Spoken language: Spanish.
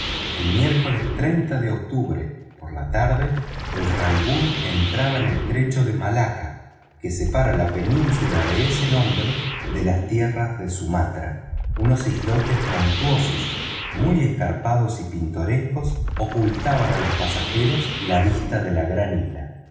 el miércoles de octubre por la tarde el rangoon entraba en el estrecho de malaca que separa la peínsula de ese nombre de las tierras de sumatra unos islotes montuosos muy escarpados y pintorescos ocultaban a los pasajeros la vista de la gran isla